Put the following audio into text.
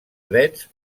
drets